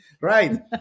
right